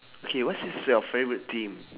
okay what is your favourite team